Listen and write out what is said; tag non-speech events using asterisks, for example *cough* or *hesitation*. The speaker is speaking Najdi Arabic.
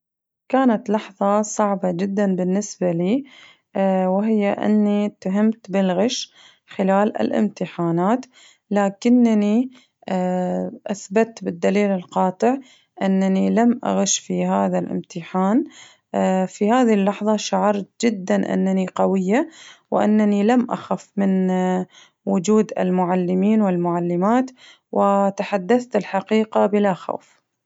كانت لحظة صعبة جداً بالنسبة لي *hesitation* وهي أني اتهمت بالغش خلال الامتحانات لكنني *hesitation* أثبتت بالدليل القاطع أنني لم أغش في هذا الامتحان *hesitation* في هذي اللحظة شعرت جداً أنني قوية وأنني لم أخف من وجود المعلمين والمعلمات وتحدثت الحقيقة بلا خوف.